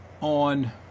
on